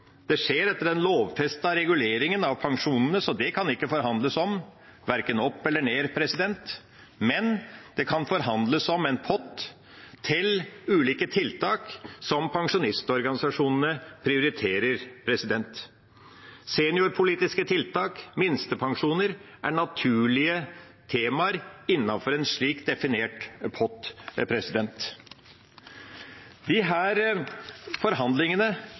det skjer etter den lovfestede reguleringen av pensjonene, så det kan ikke forhandles om verken opp eller ned, men det kan forhandles om en pott til ulike tiltak som pensjonistorganisasjonene prioriterer. Seniorpolitiske tiltak og minstepensjoner er naturlige temaer innenfor en slik definert pott. Disse forhandlingene kommer da til et resultat, eller de